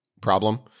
problem